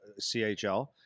CHL